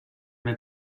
una